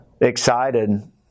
Excited